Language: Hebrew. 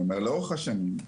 לאורך השנים,